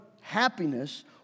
happiness